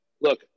look